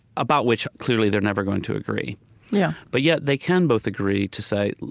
about which clearly they're never going to agree yeah but yet, they can both agree to say,